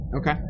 Okay